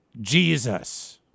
Jesus